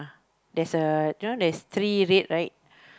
there's a there's three red right